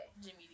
Jimmy